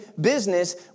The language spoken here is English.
business